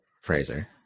Fraser